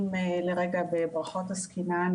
אם בברכות עסקינן,